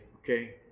okay